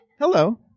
Hello